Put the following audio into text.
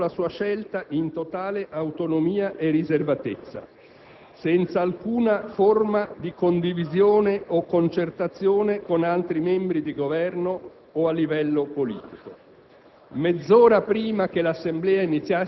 Il Ministro dell'economia ha effettuato la sua scelta in totale autonomia e riservatezza, senza alcuna forma di condivisione o concertazione con altri membri del Governo o a livello politico.